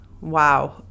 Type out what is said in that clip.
wow